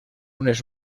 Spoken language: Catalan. unes